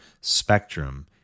spectrum